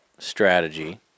Strategy